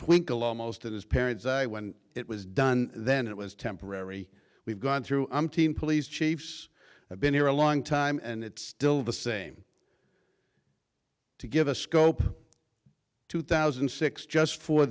twinkle almost in his parents eye when it was done then it was temporary we've gone through i'm team police chiefs have been here a long time and it's still the same to give a scope two thousand and six just for